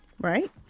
Right